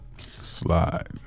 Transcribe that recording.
Slide